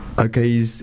Okay